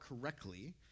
correctly